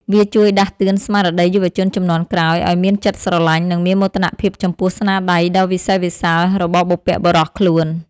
វាជួយដាស់តឿនស្មារតីយុវជនជំនាន់ក្រោយឱ្យមានចិត្តស្រឡាញ់ និងមានមោទនភាពចំពោះស្នាដៃដ៏វិសេសវិសាលរបស់បុព្វបុរសខ្លួន។